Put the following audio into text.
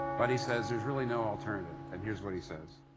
but he says, there's really no alternative. and here's what he says,